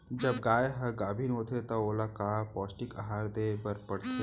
जब गाय ह गाभिन होथे त ओला का पौष्टिक आहार दे बर पढ़थे?